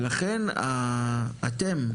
ולכן אתם,